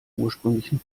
ursprünglichen